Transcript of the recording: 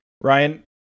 Ryan